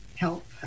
help